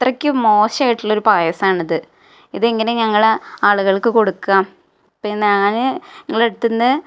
അത്രയ്ക്കും മോശമായിട്ടുള്ളൊരു പായസമാണിത് ഇതെങ്ങനെ ഞങ്ങൾ ആള്കൾക്ക് കൊടുക്കുക ഇപ്പം ഈ ഞാൻ നിങ്ങളുടെ അടുത്തുനിന്ന്